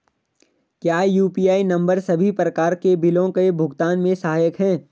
क्या UPI number सभी प्रकार के बिलों के भुगतान में सहायक हैं?